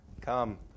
come